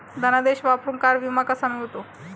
धनादेश वापरून कार विमा कसा मिळतो?